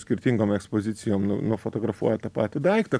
skirtingom ekspozicijom nu nufotografuoja tą patį daiktą